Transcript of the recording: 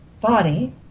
Body